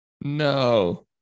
no